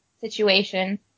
situation